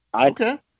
Okay